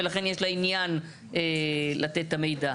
ולכן יש לה עניין לתת את המידע.